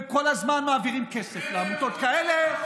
וכל הזמן מעבירים כסף לעמותות כאלה,